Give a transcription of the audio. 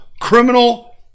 criminal